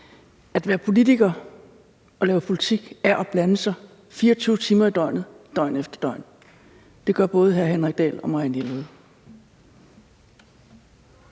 At være politiker og lave politik er at blande sig 24 timer i døgnet, døgn efter døgn. Det gør både hr. Henrik Dahl og Marianne Jelved.